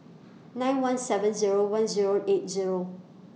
nine one seven Zero one Zero eight Zero